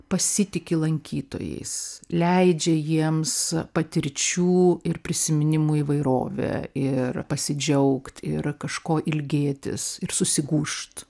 pasitiki lankytojais leidžia jiems patirčių ir prisiminimų įvairovę ir pasidžiaugti ir kažko ilgėtis ir susigūžt